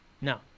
no